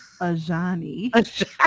Ajani